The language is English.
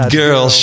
girl